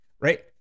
Right